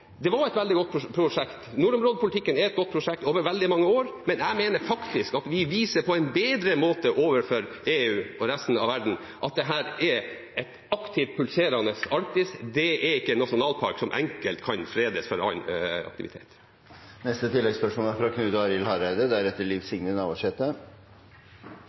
var et veldig godt prosjekt i mange år, men jeg mener at vi viser på en bedre måte overfor EU og resten av verden at Arktis er aktivt og pulserende. Det er ikke en nasjonalpark som enkelt kan fredes for annen aktivitet. Knut Arild Hareide – til oppfølgingsspørsmål. Det er